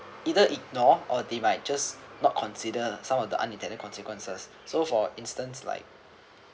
either ignore or they might just not consider some of the unintended consequences so for instance like